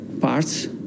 parts